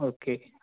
okay